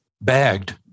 bagged